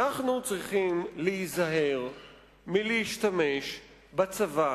אנחנו צריכים להיזהר מלהשתמש בצבא